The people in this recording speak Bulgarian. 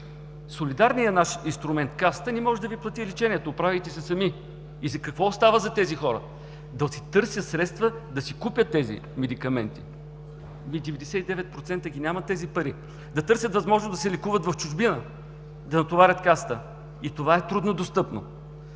солидарният наш инструмент – Касата, не може да Ви плати лечението, оправяйте се сами! Какво остава за тези хора? Да търсят средства да си купят тези медикаменти. Деветдесет и девет процента ги нямат тези пари! Да търсят възможност да се лекуват в чужбина, да натоварят Касата?! И това е трудно достъпно.